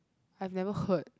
I've never heard